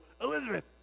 Elizabeth